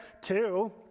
Two